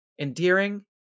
endearing